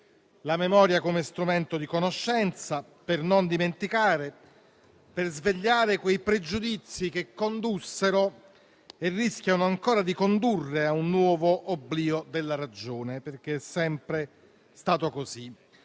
la memoria come strumento di conoscenza, per non dimenticare, per svegliare quei pregiudizi che condussero e rischiano ancora di condurre a un nuovo oblio della ragione: perché è sempre stato così.